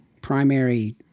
primary